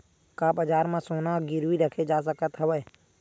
का बजार म सोना गिरवी रखे जा सकत हवय?